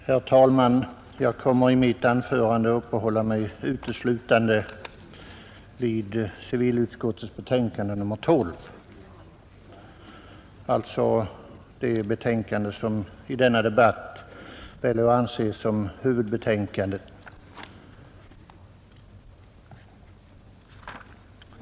Herr talman! Jag kommer i mitt anförande att uppehålla mig uteslutande vid civilutskottets betänkande nr 12, alltså det betänkande som i denna debatt ändå får anses som huvudbetänkandet.